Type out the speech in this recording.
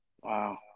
Wow